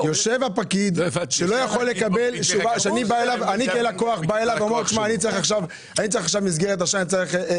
יושב הפקיד ואני בא אליו כלקוח ואומר לו שאני צריך מסגרת אשראי.